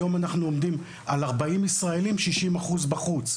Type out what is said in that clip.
היום אנחנו עומדים על 40 ישראלים, 60% בחוץ.